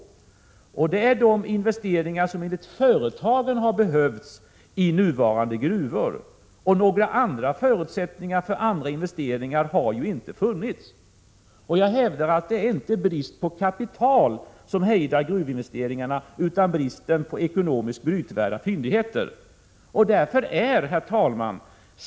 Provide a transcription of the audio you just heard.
Det gäller de investeringar som enligt företagen har behövts i nuvarande gruvor — och några förutsättningar för andra investeringar har ju inte funnits. Jag hävdar att det inte är brist på kapital som hejdar gruvinvesteringarna utan bristen på ekonomiskt brytvärda fyndigheter. Herr talman!